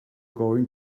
going